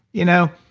you know,